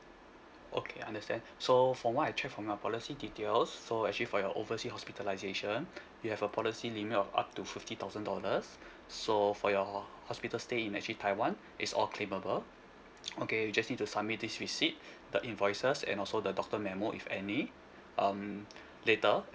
okay understand so from what I check from your policy details so actually for your oversea hospitalisation you have a policy limit of up to fifty thousand dollars so for your ho~ hospital stay in actually taiwan is all claimable okay you just need to submit this receipt the invoices and also the doctor memo if any um later